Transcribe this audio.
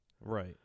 Right